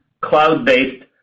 cloud-based